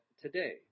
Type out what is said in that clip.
today